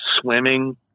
swimming